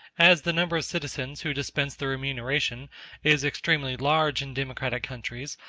as the number of citizens who dispense the remuneration is extremely large in democratic countries,